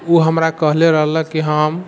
ओ हमरा कहले रहलक कि हम